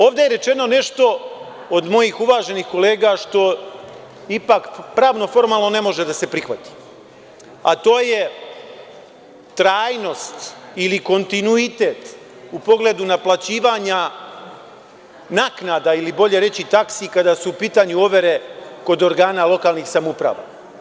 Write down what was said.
Ovde je rečeno nešto od mojih uvaženih kolega što ipak pravno-formalno ne može da se prihvati, a to je trajnost ili kontinuitet u pogledu naplaćivanja naknada ili bolje reći taksi kada su u pitanju overe kod organa lokalnih samouprava.